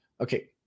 okay